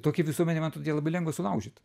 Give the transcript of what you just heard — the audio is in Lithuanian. tokią visuomenę matot ją labai lengva sulaužyt